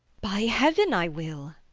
by heaven, i will.